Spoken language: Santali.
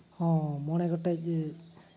ᱦᱚᱸ ᱢᱚᱬᱮ ᱜᱚᱴᱮᱡ ᱜᱮ